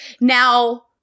Now